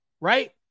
right